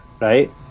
right